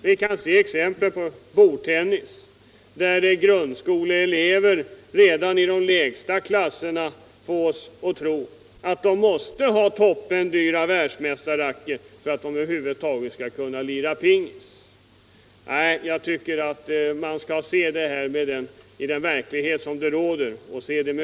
Vi kan t.ex. se på bordtennisen, där grundskoleelever redan i de lägsta klasserna fås att tro att man måste ha toppendyra världsmästarracketar för att över huvud taget kunna lira pingis. Nej, jag tycker att man med öppna ögon skall se den verklighet som råder.